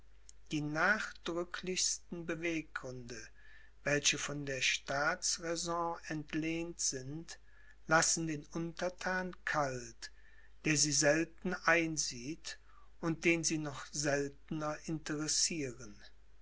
die nachdrücklichsten beweggründe welche von der staatsräson entlehnt sind lassen den unterthan kalt der sie selten einsieht und den sie noch seltener interessieren